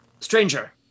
Stranger